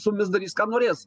su mumis darys ką norės